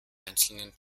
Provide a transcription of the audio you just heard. einzelnen